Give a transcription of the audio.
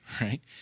Right